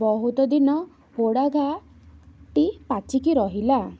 ବହୁତ ଦିନ ପୋଡ଼ା ଘା ଟି ପାଚିକି ରହିଲା